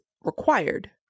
required